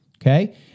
okay